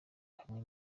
hamwe